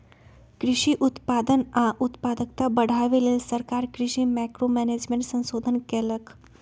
कृषि उत्पादन आ उत्पादकता बढ़ाबे लेल सरकार कृषि मैंक्रो मैनेजमेंट संशोधन कएलक